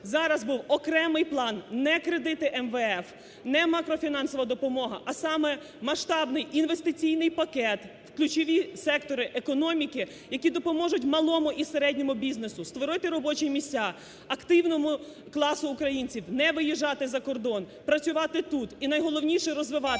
зараз був окремий план, не кредити МВФ, не макрофінансова допомога, а саме: масштабний інвестиційний пакет в ключові сектори економіки, які допоможуть малому і середньому бізнесу створити робочі місця, активному класу українців не виїжджати за кодон, працювати тут і найголовніше – розвивати